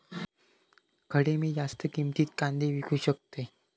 खडे मी जास्त किमतीत कांदे विकू शकतय?